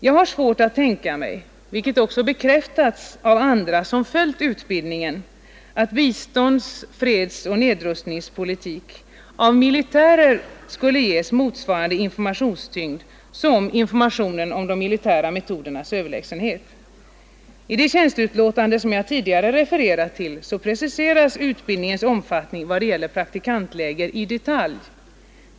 Jag har svårt att tänka mig — det har också bekräftats av andra som följt utbildningen — att bistånds-, freds-, och nedrustningspolitik av militärer skulle ges motsvarande informationstyngd som informationen om de militära metodernas överlägsenhet. I det tjänsteutlåtande som jag tidigare refererat till preciseras utbildningens omfattning i detalj i vad gäller praktikantläger.